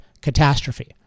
catastrophe